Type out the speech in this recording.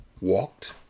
walked